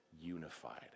unified